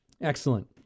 excellent